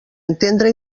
entendre